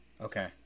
Okay